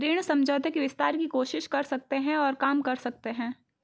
ऋण समझौते के विस्तार की कोशिश कर सकते हैं और काम कर सकते हैं